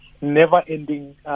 never-ending